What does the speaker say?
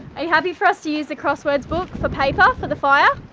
are you happy for us to use the crossroads book for paper for the fire